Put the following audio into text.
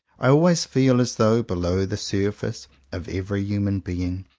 i always feel as though below the surface of every human being,